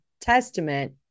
Testament